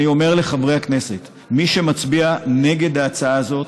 אני אומר לחברי הכנסת: מי שמצביע נגד ההצעה הזאת,